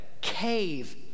cave